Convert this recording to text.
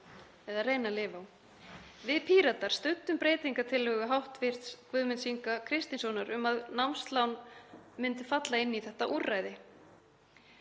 Við Píratar studdum breytingartillögu hv. þm. Guðmunds Inga Kristinssonar um að námslán myndu falla inn í þetta úrræði.